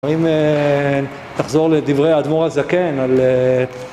אם תחזור לדברי האדמור הזקן על...